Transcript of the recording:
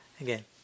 again